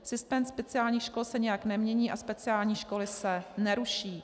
Systém speciálních škol se nijak nemění a speciální školy se neruší.